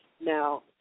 Now